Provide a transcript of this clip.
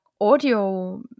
audio